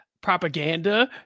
propaganda